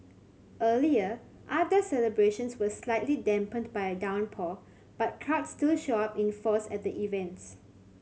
earlier outdoor celebrations were slightly dampened by a downpour but crowds still showed up in force at events